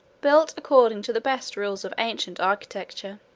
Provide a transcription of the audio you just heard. built according to the best rules of ancient architecture.